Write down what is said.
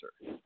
sir